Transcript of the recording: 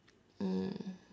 hmm